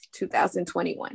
2021